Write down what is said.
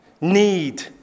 need